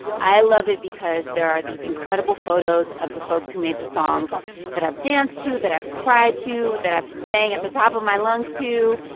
i love it because there are these incredible photos of the folks who made the songs that i've danced to, that i've cried to, that i've sang at the top of my lungs to.